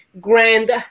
grand